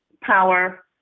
power